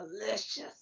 delicious